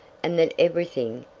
and that everything,